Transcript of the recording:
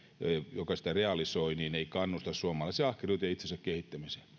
joka tietysti sitä realisoi niin ei kannusta suomalaisia ahkeruuteen ja itsensä kehittämiseen